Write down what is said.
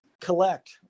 collect